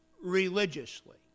religiously